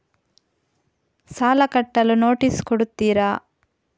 ಸಾಲ ಕಟ್ಟಲು ನೋಟಿಸ್ ಕೊಡುತ್ತೀರ?